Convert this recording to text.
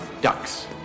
ducks